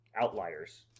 Outliers